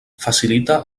facilita